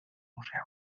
museu